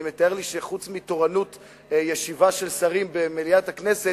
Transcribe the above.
אני מתאר לי שחוץ מתורנות ישיבה של שרים במליאת הכנסת,